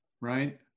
right